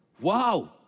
Wow